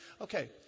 Okay